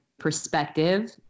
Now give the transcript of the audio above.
perspective